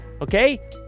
Okay